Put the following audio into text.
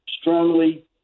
strongly